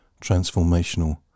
transformational